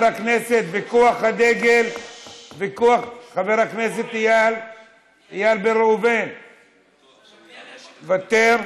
מוותר,